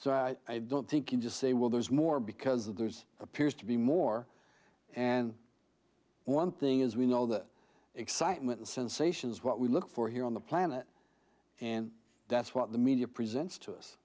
so i don't think you just say well there's more because there's appears to be more and one thing is we know that excitement and sensations what we look for here on the planet and that's what the media presents to us